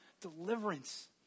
deliverance